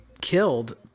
killed